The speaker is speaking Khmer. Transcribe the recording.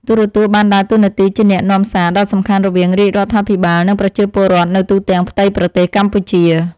ទូរទស្សន៍បានដើរតួនាទីជាអ្នកនាំសារដ៏សំខាន់រវាងរាជរដ្ឋាភិបាល និងប្រជាពលរដ្ឋនៅទូទាំងផ្ទៃប្រទេសកម្ពុជា។